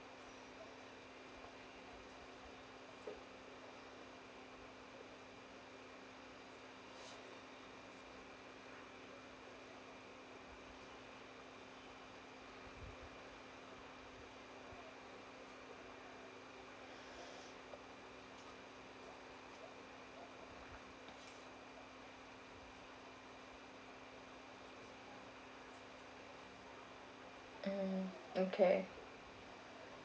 mm okay